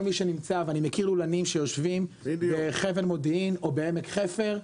אני מכיר לולנים שיושבים בחבל מודיעין או בעמק חפר.